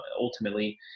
ultimately